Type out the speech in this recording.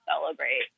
celebrate